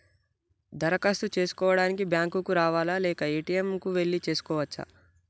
దరఖాస్తు చేసుకోవడానికి బ్యాంక్ కు రావాలా లేక ఏ.టి.ఎమ్ కు వెళ్లి చేసుకోవచ్చా?